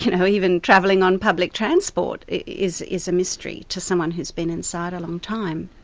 you know, even travelling on public transport is is a mystery to someone who's been inside a long time.